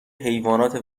حیوانات